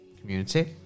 community